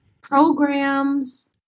programs